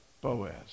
Boaz